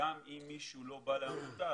שגם אם מישהו לא בא לעמותה,